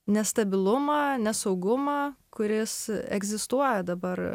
nestabilumą nesaugumą kuris egzistuoja dabar